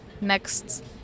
next